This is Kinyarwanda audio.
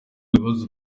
bibazo